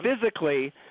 physically